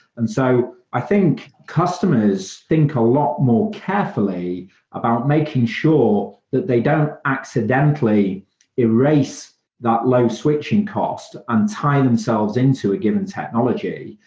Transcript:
and so i think customers think a lot more carefully about making sure that they don't accidentally erase that low switching cost and tie themselves into a given technology,